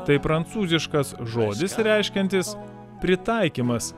tai prancūziškas žodis reiškiantis pritaikymas